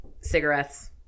cigarettes